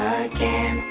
again